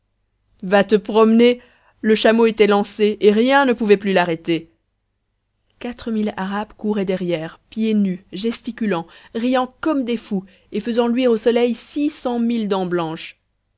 va te promener le chameau était lancé et rien ne pouvait plus l'arrêter quatre mille arabes couraient derrière pieds nus gesticulant riant comme des fous et faisant luire au soleil six cent mille dents blanches